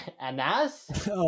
Anas